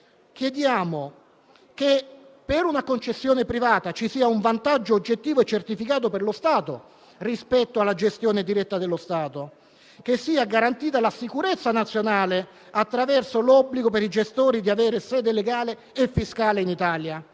Chiediamo che per una concessione privata ci sia un vantaggio oggettivo e certificato per lo Stato rispetto alla gestione diretta dello Stato, chiediamo che sia garantita la sicurezza nazionale attraverso l'obbligo per i gestori di avere la sede legale e fiscale in Italia,